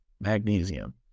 magnesium